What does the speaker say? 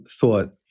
thought